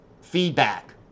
feedback